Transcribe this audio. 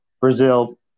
Brazil